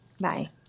Bye